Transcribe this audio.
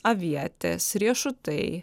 avietės riešutai